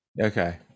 Okay